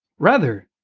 rather,